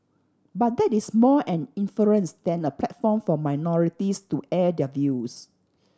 but that is more an inference than a platform for minorities to air their views